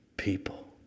people